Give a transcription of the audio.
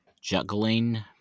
juggling